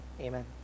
Amen